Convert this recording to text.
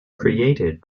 created